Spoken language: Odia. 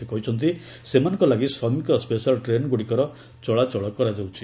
ସେ କହିଛନ୍ତି ସେମାନଙ୍କ ଲାଗି ଶ୍ରମିକ ସ୍କେଶାଲ୍ ଟ୍ରେନ୍ଗୁଡ଼ିକର ଚଳାଚଳ କରାଯାଉଛି